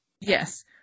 yes